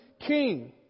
king